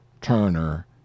turner